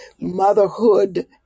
motherhood